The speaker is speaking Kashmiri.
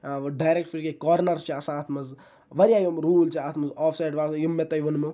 ڈیریٚکٹ فری کِک کارنٲرٕس چھِ آسان اَتھ مَنٛز واریاہ یِم روٗل چھِ اَتھ مَنٛز آف سایِڑ واف سایِڑ یِم مےٚ تۄہہِ ؤنمو